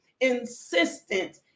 insistent